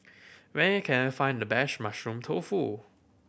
where can I find the best Mushroom Tofu